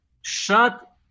Shut